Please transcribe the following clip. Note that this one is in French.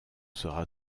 sera